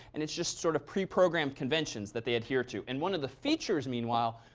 and it's just sort of preprogrammed conventions that they adhere to. and one of the features, meanwhile,